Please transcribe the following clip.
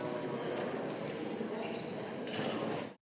Hvala